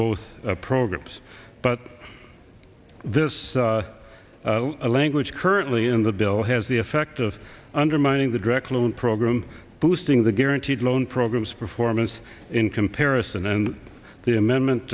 both programs but this language currently in the bill has the effect of undermining the direct loan program boosting the guaranteed loan programs performance in comparison and the amendment